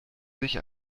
sich